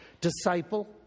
Disciple